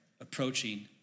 approaching